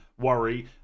worry